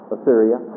Assyria